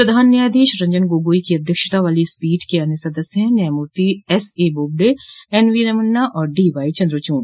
प्रधान न्यायाधीश रंजन गोगोई की अध्यक्षता वाली इस पीठ के अन्य सदस्य हैं न्यायमूर्ति एसए बोबडे एनवो रमन्ना और डीवाई चंद्रचूड़